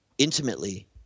intimately